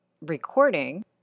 recording